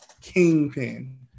Kingpin